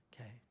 okay